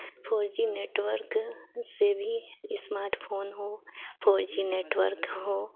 four G network से भी smartphone हो फ़ोर जी नेटवर्क हो